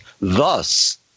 thus